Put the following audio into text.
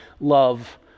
love